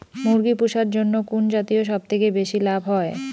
মুরগি পুষার জন্য কুন জাতীয় সবথেকে বেশি লাভ হয়?